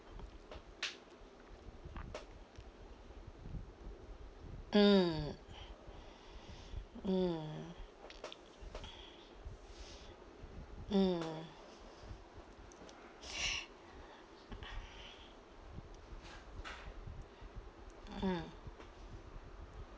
mm mm mm mm